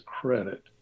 credit